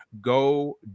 Go